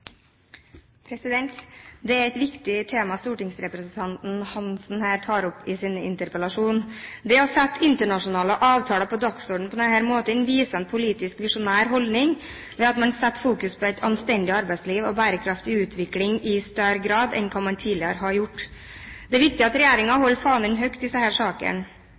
krevjande. Det er et viktig tema stortingsrepresentanten Hansen her tar opp i sin interpellasjon. Det å sette internasjonale avtaler på dagsorden på denne måten viser en politisk visjonær holdning, ved at man setter fokus på et anstendig arbeidsliv og bærekraftig utvikling i større grad enn hva man tidligere har gjort. Det er viktig at regjeringen holder fanen høyt i disse